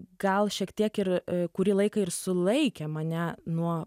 gal šiek tiek ir kurį laiką ir sulaikė mane nuo